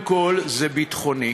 אז קודם כול זה ביטחוני,